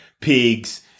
pigs